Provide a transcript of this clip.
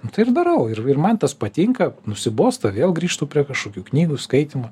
nu tai ir darau ir ir man tas patinka nusibosta vėl grįžtu prie kažkokių knygų skaitymo